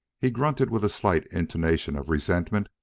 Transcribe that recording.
he grunted with a slight intonation of resentment,